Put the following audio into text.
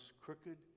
crooked